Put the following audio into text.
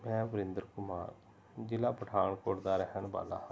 ਮੈਂ ਵਰਿੰਦਰ ਕੁਮਾਰ ਜ਼ਿਲ੍ਹਾ ਪਠਾਨਕੋਟ ਦਾ ਰਹਿਣ ਵਾਲਾ ਹਾਂ